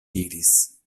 diris